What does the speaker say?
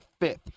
fifth